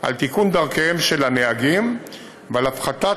על תיקון דרכיהם של הנהגים ועל הפחתת